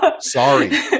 Sorry